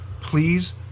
Please